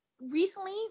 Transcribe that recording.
recently